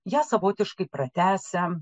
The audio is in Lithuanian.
ją savotiškai pratęsia